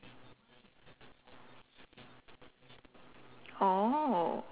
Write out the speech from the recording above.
oh